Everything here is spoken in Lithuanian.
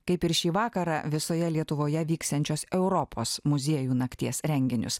kaip ir šį vakarą visoje lietuvoje vyksiančios europos muziejų nakties renginius